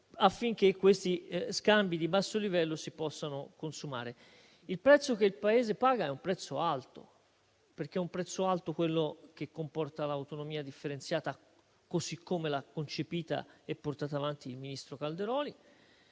offensivo nei confronti di nessuno. Il prezzo che il Paese paga è un prezzo alto, perché è un prezzo alto quello che comporta l'autonomia differenziata così come l'ha concepita e portata avanti il ministro Calderoli;